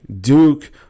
Duke